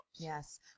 Yes